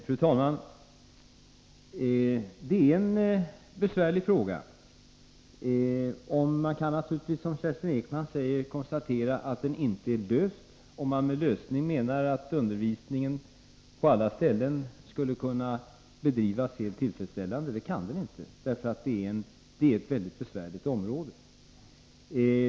Fru talman! Detta är en besvärlig fråga. Man kan naturligtvis, som Kerstin Ekman säger, konstatera att den inte är löst, om man med lösning menar att undervisningen på alla ställen skulle kunna bedrivas helt tillfredsställande. - Men det kan den inte, därför att det är ett mycket besvärligt område.